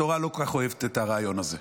התורה לא כל כך אוהבת את הרעיון הזה.